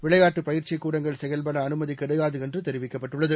விளையாட்டுப் பயிற்சிக் கூடங்கள் செயல்படஅனுமதிகிடையாதுஎன்றுதெரிவிக்கப்பட்டுள்ளது